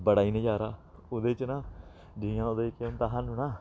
बड़ा ई नजारा ओह्दे च ना जि'यां ओह्दे च केह् होंदा सानूं ना